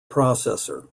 processor